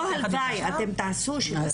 לא הלוואי, אתם תעשו שתצליחו.